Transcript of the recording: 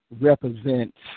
represents